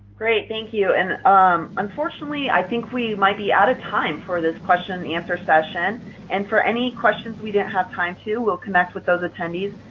great, thank you. and unfortunately, i think we might be out of time for this question-and-answer session and for any questions we didn't have time to, we'll connect with those attendees,